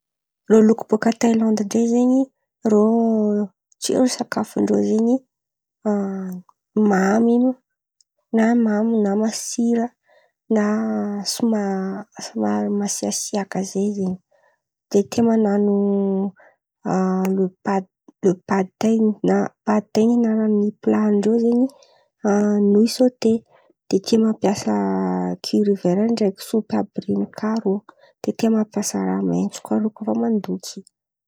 Rô loky bôka Tailandy ndray zen̈y, rô ten̈a sakafondrô zen̈y mamy na mamy na masira na soma- somary masiasiaka zay zen̈y. De tia manano le paty le patain̈y na patain̈y anarany pilàndrô zen̈y noÿ sôte. De tia mampiasa kirÿ vera ndreky sopy àby ren̈y kà irô. De tia mampiasa raha maintso kà alokindrô mandoky.